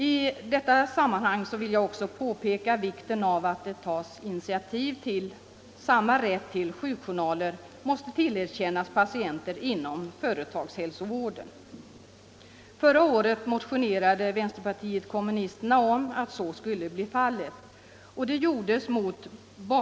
I detta sammanhang vill jag också påpeka vikten av att det tas initiativ till att samma rätt till sjukjournaler måste tillerkännas patienter inom företagshälsovården. Förra året motionerade vänsterpartiet kommunisterna om att så skulle medinflytande och rättssäkerhet inom Insyn, integritet, medinflytande och rättssäkerhet inom sjukvården bli fallet.